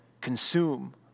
consume